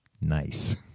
nice